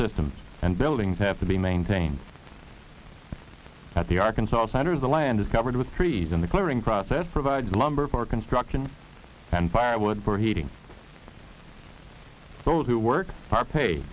systems and buildings have to be maintained at the arkansas side or the land is covered with trees in the clearing process provides lumber for construction and firewood for heating those who work for pay